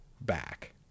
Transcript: back